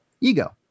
ego